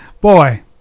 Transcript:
boy